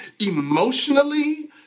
Emotionally